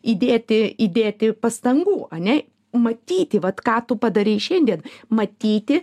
įdėti įdėti pastangų ane matyti vat ką tu padarei šiandien matyti